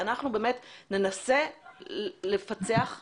ואנחנו באמת ננסה לפצח למה.